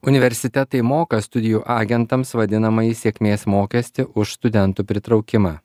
universitetai moka studijų agentams vadinamąjį sėkmės mokestį už studentų pritraukimą